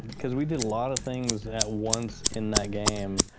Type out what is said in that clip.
because we did a lot of things at once in that game.